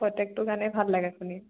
প্ৰত্যেকটো গানেই ভাল লাগে শুনি